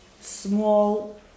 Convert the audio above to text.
small